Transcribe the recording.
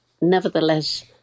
nevertheless